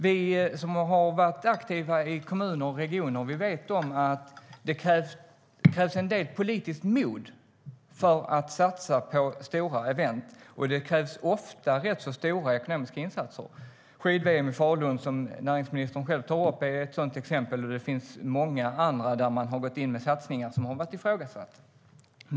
Vi som har varit aktiva i kommuner och regioner vet att det krävs en del politiskt mod för att satsa på stora event, och det krävs ofta rätt stora ekonomiska insatser. Skid-VM i Falun, som näringsministern tog upp, är ett sådant exempel, och det finns många andra där man har gått in med satsningar som har varit ifrågasatta.